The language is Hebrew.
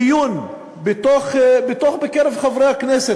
מיון, בקרב חברי הכנסת.